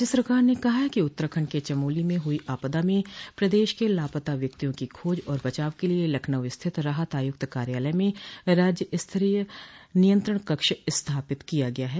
प्रदेश सरकार ने कहा है कि उत्तराखंड के चमोली में हुई आपदा में प्रदेश के लापता व्यक्तियों की खोज और बचाव के लिये लखनऊ स्थित राहत आयुक्त कार्यालय में राज्य स्तरीय नियंत्रण कक्ष स्थापित किया गया है